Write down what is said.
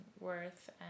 worth